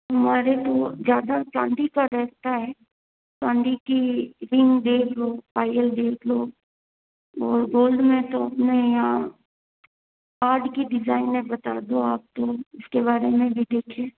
हमारे को ज़्यादा चांदी का रहता है चांदी की रिंग देख लो पायल देख लो और गोल्ड में तो अपने यहाँ आड की डिजाइन में बता दो आपको हम उसके बारे में भी देखें